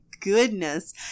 goodness